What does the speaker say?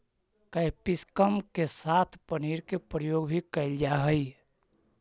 capsicum के साथ पनीर के प्रयोग भी कैल जा हइ